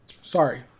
Sorry